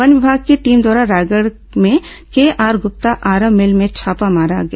one विभाग की team द्वारा रायगढ़ में केआर गुप्ता आरा मिल में छापा मारा गया